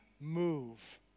move